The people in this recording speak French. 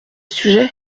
sujet